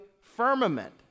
firmament